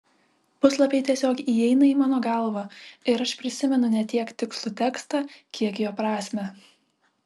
puslapiai tiesiog įeina į mano galvą ir aš prisimenu ne tiek tikslų tekstą kiek jo prasmę